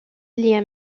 liam